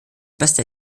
beste